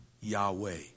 yahweh